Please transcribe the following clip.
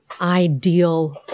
ideal